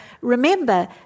remember